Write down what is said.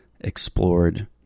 explored